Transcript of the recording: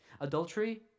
Adultery